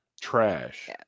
Trash